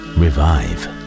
revive